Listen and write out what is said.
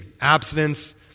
abstinence